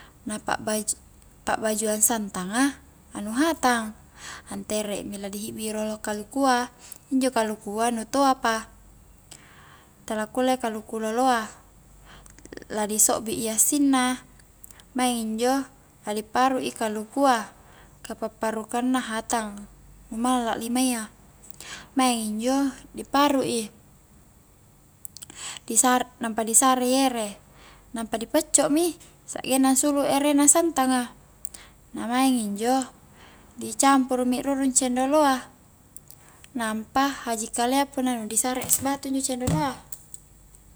Na pa'baj-pa'bajuang santanga anu hatang nteremi la dihibbi rolo kalukua injo kalukua nu toa pa tala kulle kalukua loloa, ladi sokbi i assinna maing injo la di paru' i kalukua ka pa'parukang na hatang nu mala limayya maing injo di paru'i di sa-nampa di sarei ere, nampa di pacco mi sakgenna ansulu erena santanga na maing injo di campuru mi akrurung cendoloa nampa haji kalia punna nu di sare es batu injo cendoloa